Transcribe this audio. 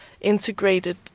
integrated